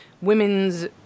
women's